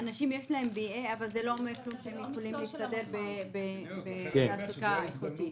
לאנשים יש BA אבל זה לא אומר שהם יכולים להשתלב בתעסוקה איכותית.